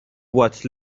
what